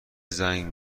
زنگ